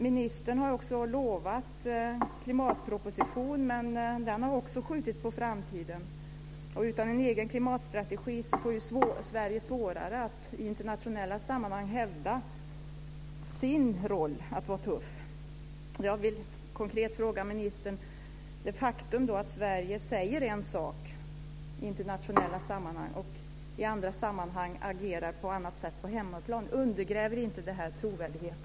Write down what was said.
Ministern har utlovat en klimatproposition, men den har skjutits på framtiden. Utan en egen klimatstrategi blir det svårare för Sverige att i internationella sammanhang hävda en egen tuff roll. Jag vill konkret fråga ministern: Undergräver det inte trovärdigheten att Sverige säger en sak i internationella sammanhang och på hemmaplan agerar på annat sätt?